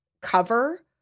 cover